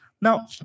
Now